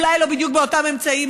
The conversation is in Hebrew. אולי לא בדיוק באותם אמצעים,